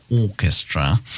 Orchestra